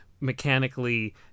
mechanically